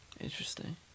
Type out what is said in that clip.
Interesting